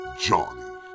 Johnny